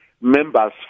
members